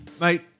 mate